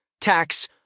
tax